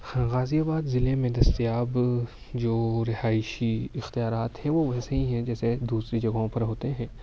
غازی آباد ضلعے میں دستیاب جو رہائشی اختیارات ہیں وہ ویسے ہی ہیں جیسے دوسرے جگہوں پر ہوتے ہیں